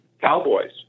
cowboys